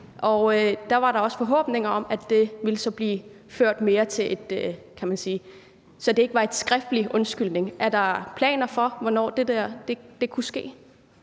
var der også forhåbninger om, at det ville føre til mere, så det ikke kun var en skriftlig undskyldning. Er der planer om, hvornår det kunne ske?